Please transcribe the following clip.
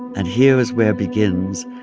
and here is where begins